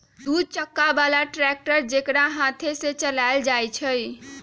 दू चक्का बला ट्रैक्टर जेकरा हाथे से चलायल जाइ छइ